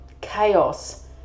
chaos